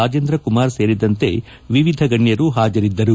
ರಾಜೇಂದ್ರ ಕುಮಾರ್ ಸೇರಿದಂತೆ ವಿವಿಧ ಗಣ್ಯರು ಹಾಜರಿದ್ದರು